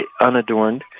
unadorned